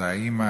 האימא,